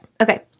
Okay